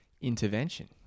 intervention